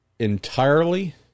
entirely